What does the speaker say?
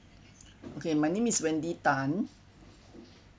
okay my name is wendy Tan